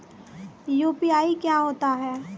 UPI क्या होता है?